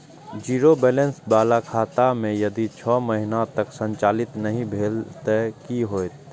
Zero balance बाला खाता में यदि छः महीना तक संचालित नहीं भेल ते कि होयत?